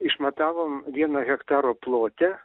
išmatavom vieno hektaro plote